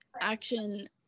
action